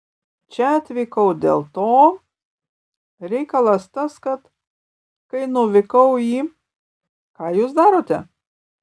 čia atvykau dėl to reikalas tas kad kai nuvykau į ką jūs darote